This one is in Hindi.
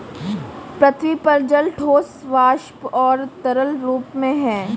पृथ्वी पर जल ठोस, वाष्प और तरल रूप में है